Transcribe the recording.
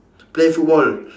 play football